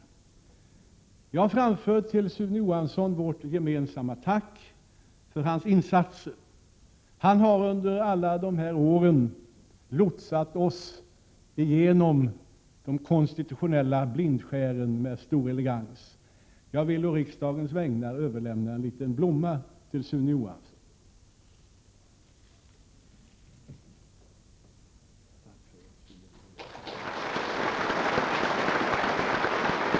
Jag framför till Sune Johansson vårt gemensamma tack för hans insatser. Han har under alla dessa år lotsat oss förbi de konstitutionella blindskären med stor elegans. Jag vill på riksdagens vägnar överlämna en liten blomma till Sune Johansson.